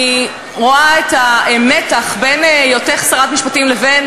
אני רואה את המתח בין היותך שרת המשפטים לבין